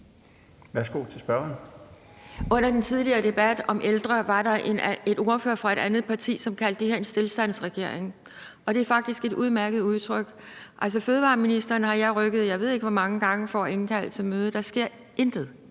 Under den tidligere debat om ældre var der en ordfører fra et andet parti, som kaldte det her en stilstandsregering, og det er faktisk et udmærket udtryk. Fødevareministeren har jeg rykket, jeg ved ikke hvor mange gange, for at indkalde til møde. Der sker intet